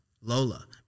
Lola